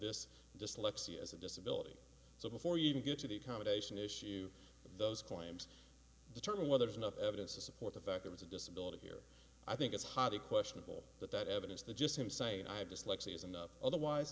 this dyslexia as a disability so before you even get to the accommodation issue those claims determine whether is enough evidence to support the fact there was a disability here i think it's hard to questionable that that evidence that just him saying i had dyslexia is enough otherwise